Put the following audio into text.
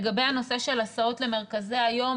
לגבי הנושא של הסעות למרכזי היום,